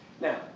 Now